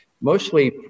mostly